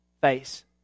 face